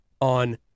on